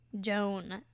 Joan